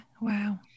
Wow